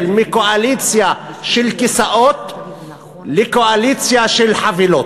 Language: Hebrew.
מקואליציה של כיסאות לקואליציה של חבילות.